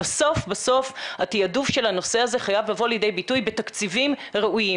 בסוף התעדוף של הנושא הזה חייב לבוא לידי ביטוי בתקציבים ראויים,